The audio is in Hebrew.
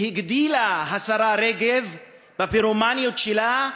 והגדילה השרה רגב לעשות בפירומניות שלה,